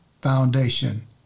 foundation